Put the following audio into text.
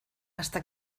hasta